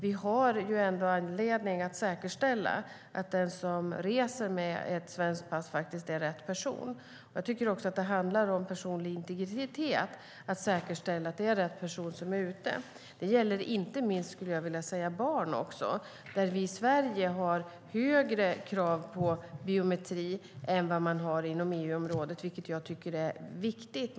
Vi har anledning att säkerställa att den som reser med svenskt pass faktiskt är rätt person. Det handlar också om personlig integritet att säkerställa att det är rätt person som är ute. Det gäller inte minst barn, där vi i Sverige har högre krav på biometri än man har inom EU-området, vilket jag tycker är viktigt.